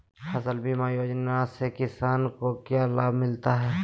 फसल बीमा योजना से किसान को क्या लाभ मिलता है?